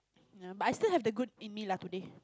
yeah but I still have the good in me lah today